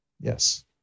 Yes